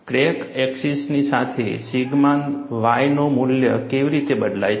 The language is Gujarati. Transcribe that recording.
ક્રેક એક્સિસની સાથે સિગ્મા y નું મૂલ્ય કેવી રીતે બદલાય છે